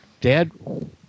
dad